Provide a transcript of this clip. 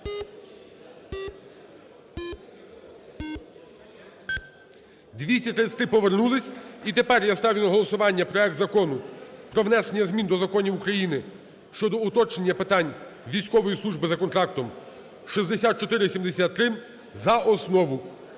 За-233 Повернулися. І тепер я ставлю на голосування проект Закону про внесення змін до Законів України щодо уточнення питань військової служби за контрактом (6473) за основу.